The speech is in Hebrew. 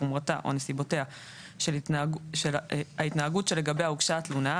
חומרתה או נסיבותיה של ההתנהגות שלגביה הוגשה התלונה,